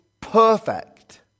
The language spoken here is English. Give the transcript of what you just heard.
perfect